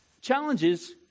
challenges